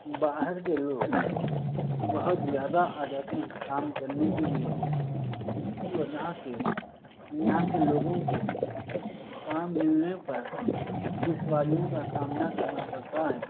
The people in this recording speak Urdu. باہر کے لوگ بہت زیادہ آ جاتے ہیں کام کرنے کے لیے جس کی وجہ سے یہاں کے لوگوں کو کام ملنے پر دشواریوں کا سامنا کرنا پڑتا ہے